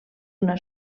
una